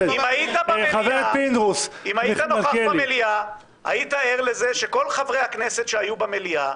אם היית נוכח במליאה היית ער לזה שכול חברי הכנסת שהיו במליאה,